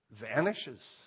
Vanishes